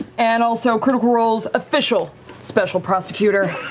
and also critical role's official special prosecutor.